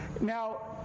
Now